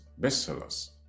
bestsellers